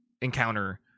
encounter